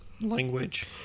language